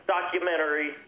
documentary